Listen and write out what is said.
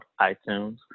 iTunes